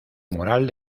moral